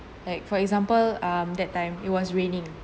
like for example um that time it was raining